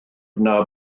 yna